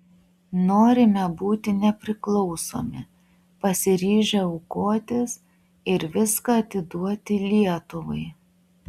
norime būti nepriklausomi pasiryžę aukotis ir viską atiduoti lietuvai